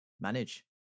manage